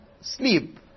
sleep